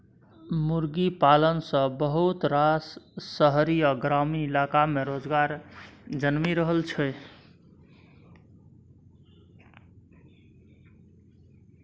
मुर्गी पालन सँ बहुत रास शहरी आ ग्रामीण इलाका में रोजगार जनमि रहल छै